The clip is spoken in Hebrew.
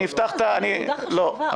זאת נקודה חשובה.